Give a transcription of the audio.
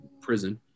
prison